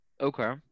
okay